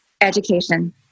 Education